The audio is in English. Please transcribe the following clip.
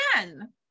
again